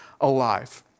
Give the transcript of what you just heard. alive